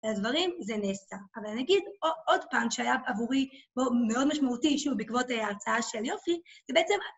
הדברים זה נעשה, אבל אני אגיד עוד פעם שהיה עבורי מאוד משמעותי שוב בעקבות ההרצאה של יוסי שבעצם